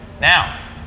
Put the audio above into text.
Now